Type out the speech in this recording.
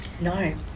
no